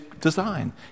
design